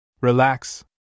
Relax